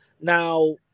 now